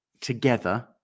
together